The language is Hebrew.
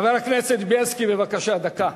חבר הכנסת בילסקי, בבקשה, דקה.